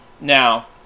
Now